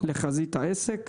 לחזית העסק.